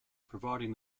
providing